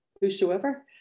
whosoever